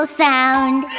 sound